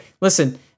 listen